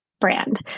brand